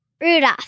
Rudolph